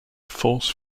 force